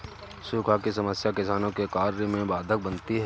सूखा की समस्या किसानों के कार्य में बाधक बनती है